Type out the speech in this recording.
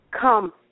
come